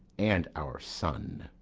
and our son.